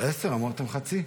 עשר, אמרתם חצי.